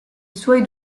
suoi